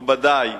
מכובדי,